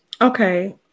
Okay